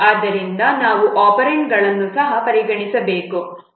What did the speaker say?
ಆದ್ದರಿಂದ ನಾವು ಒಪೆರಾಂಡ್ಗಳನ್ನು ಸಹ ಪರಿಗಣಿಸಬೇಕು